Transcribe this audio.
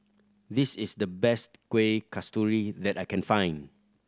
this is the best Kueh Kasturi that I can find